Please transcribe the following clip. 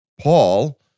Paul